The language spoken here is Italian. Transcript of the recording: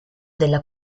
della